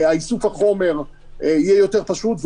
איסוף החומר יהיה יותר פשוט,